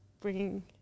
bringing